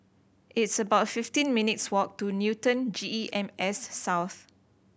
it's about fifteen minutes' walk to Newton G E M S South